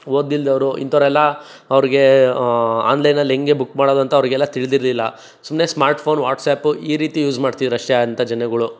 ಓದ್ದಿಲ್ದವ್ರು ಇಂಥವ್ರೆಲ್ಲ ಅವರಿಗೆ ಆನ್ಲೈನಲ್ಲಿ ಹೇಗೆ ಬುಕ್ ಮಾಡೋದಂತ ಅವರಿಗೆಲ್ಲ ತಿಳಿದಿರ್ಲಿಲ್ಲ ಸುಮ್ಮನೆ ಸ್ಮಾರ್ಟ್ಫೋನ್ ವಾಟ್ಸಾಪ್ಪು ಈ ರೀತಿ ಯೂಸ್ ಮಾಡ್ತಿದ್ರಷ್ಟೇ ಅಂಥ ಜನಗಳು